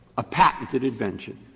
a patented invention.